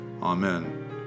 Amen